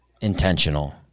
intentional